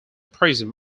prism